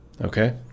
okay